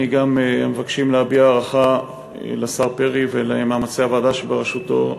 אנחנו מבקשים להביע הערכה לשר פרי ולמאמצי הוועדה שבראשותו.